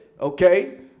Okay